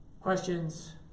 Questions